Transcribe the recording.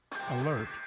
Alert